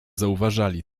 zauważali